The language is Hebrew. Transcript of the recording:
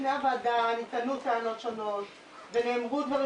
לפני הוועדה נטענו טענות שונות ונאמרו דברים